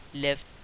left